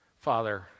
Father